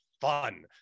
fun